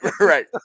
right